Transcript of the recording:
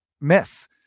miss